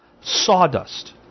Sawdust